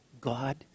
God